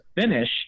finish